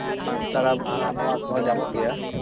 ᱯᱟᱸᱪ ᱛᱟᱨᱟ ᱵᱟᱦᱟ ᱱᱚᱣᱟ ᱠᱚᱦᱚᱸ ᱧᱟᱢᱚᱜ ᱜᱮᱭᱟ